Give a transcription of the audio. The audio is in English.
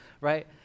Right